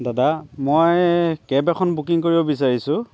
দাদা মই কেব এখন বুকিং কৰিব বিচাৰিছোঁ